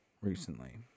recently